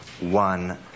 one